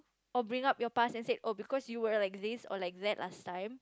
or bring up your past and say oh because you were like this or like that last time